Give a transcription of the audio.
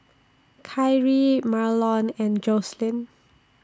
Kyrie Marlon and Jocelyn